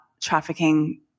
trafficking